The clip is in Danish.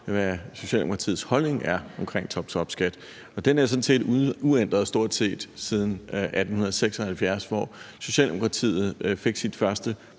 hvad Socialdemokratiets holdning er omkring toptopskat, og den er sådan set stort set uændret siden 1876, hvor Socialdemokratiet fik sit første